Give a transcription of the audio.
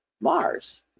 Mars